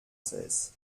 cesse